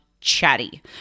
chatty